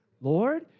Lord